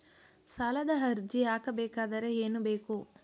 ಸಾಲದ ಅರ್ಜಿ ಹಾಕಬೇಕಾದರೆ ಏನು ಬೇಕು?